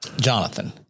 Jonathan